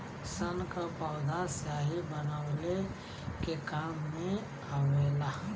सन क पौधा स्याही बनवले के काम मे आवेला